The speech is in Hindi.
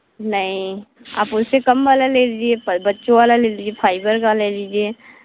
नहीं आप उससे कम वाला ले लीजिए पर बच्चों वाला ले लीजिए फ़ाइबर का ले लीजिए